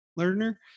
learner